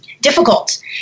difficult